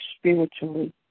spiritually